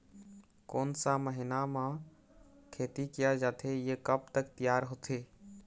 कोन सा महीना मा खेती किया जाथे ये कब तक तियार होथे?